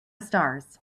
stars